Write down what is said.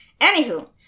Anywho